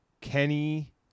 Kenny